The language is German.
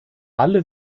alle